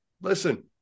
listen